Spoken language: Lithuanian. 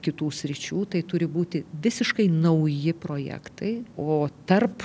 kitų sričių tai turi būti visiškai nauji projektai o tarp